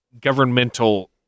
governmental